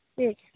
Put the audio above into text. ਠੀਕ ਹੈ